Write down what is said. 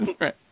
Right